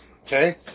Okay